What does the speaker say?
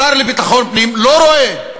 השר לביטחון פנים לא רואה.